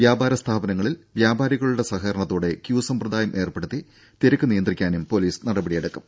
വ്യാപാര സ്ഥാപനങ്ങളിൽ വ്യാപാരികളുടെ സഹകരണത്തോടെ ക്യൂ സമ്പ്രദായം ഏർപ്പെടുത്തി തിരക്ക് നിയന്ത്രിക്കാനും പൊലീസ് നടപടിയെടുക്കും